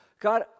God